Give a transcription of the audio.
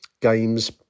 games